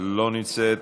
אינה נוכחת.